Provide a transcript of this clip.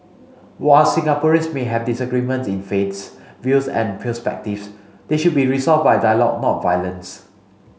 while Singaporeans may have disagreement in faiths views and perspectives they should be resolved by dialogue not violence